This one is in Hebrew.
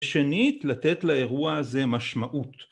‫ושנית, לתת לאירוע הזה משמעות.